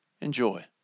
Enjoy